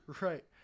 Right